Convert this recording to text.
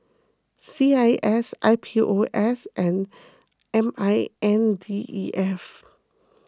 C I S I P O S and M I N D E F